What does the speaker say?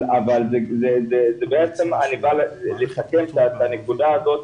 אבל בעצם אני בא לסכם את הנקודה הזאת,